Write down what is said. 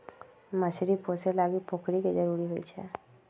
मछरी पोशे लागी पोखरि के जरूरी होइ छै